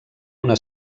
una